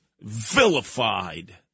vilified